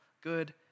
good